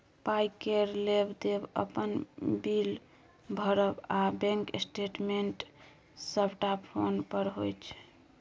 पाइ केर लेब देब, अपन बिल भरब आ बैंक स्टेटमेंट सबटा फोने पर होइ छै